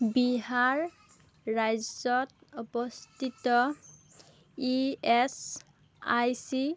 বিহাৰ ৰাজ্যত অৱস্থিত E S I C